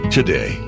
Today